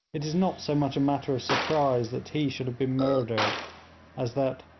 it is not so much a matter of surprise that he should have been murdered as that,